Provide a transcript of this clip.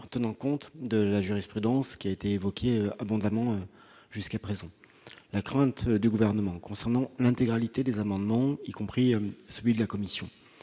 en tenant compte de la jurisprudence abondamment évoquée jusqu'à présent. La crainte du Gouvernement concernant l'intégralité de ces amendements, y compris celui de la commission,